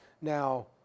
Now